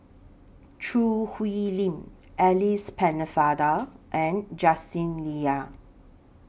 Choo Hwee Lim Alice Pennefather and Justin Lean